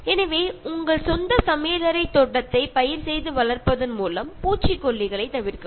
எனவே உங்கள் சொந்த சமையலறை தோட்டத்தை பயிர் செய்து வளர்ப்பதன் மூலம் பூச்சிக்கொல்லிகளைத் தவிர்க்கவும்